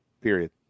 Period